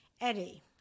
Eddie